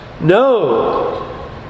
No